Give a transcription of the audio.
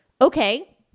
Okay